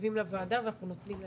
כותבים לוועדה ואנחנו נותנים להם.